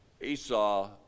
Esau